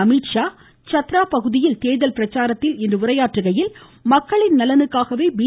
அமித்ஷா சத்ரா பகுதியில் தேர்தல் பிரச்சாரத்தில் இன்று உரையாற்றுகையில் மக்களின் நலனுக்காக பி